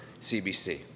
CBC